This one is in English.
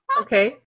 Okay